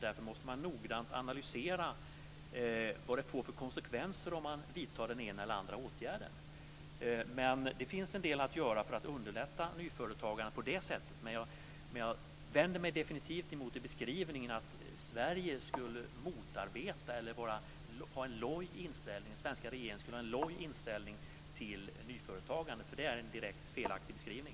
Därför måste man noga analysera konsekvenserna av den ena eller den andra åtgärden. Det finns förvisso en del att göra för att underlätta nyföretagande på det sättet men jag vänder mig definitivt mot beskrivningen att den svenska regeringen skulle motarbeta eller ha en loj inställning till nyföretagande, för det är en direkt felaktig beskrivning.